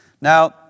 Now